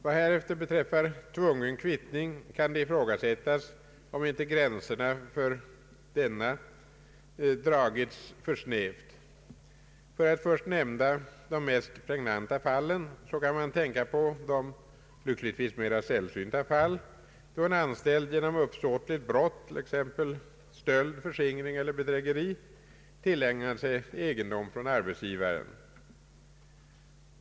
Vad därefter beträffar tvungen kvittning kan det ifrågasättas, om inte gränserna för denna dragits för snävt. För att först nämna de mest pregnanta fallen kan man tänka på de lyckligtvis mera sällsynta fall, då en anställd ge Ang. arbetsgivares kvittningsrätt, m.m. nom uppsåtligt brott, t.ex. stöld, förskingring eller bedrägeri, tillägnat sig egendom från arbetsgivaren.